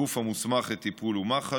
הגוף המוסמך לטיפול הוא מח"ש,